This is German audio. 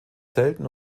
selten